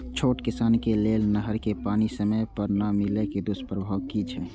छोट किसान के लेल नहर के पानी समय पर नै मिले के दुष्प्रभाव कि छै?